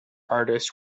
artist